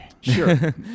Sure